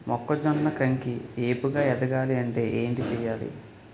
మొక్కజొన్న కంకి ఏపుగ ఎదగాలి అంటే ఏంటి చేయాలి?